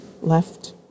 left